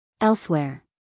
elsewhere